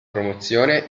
promozione